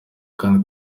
kandi